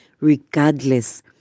regardless